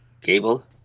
Cable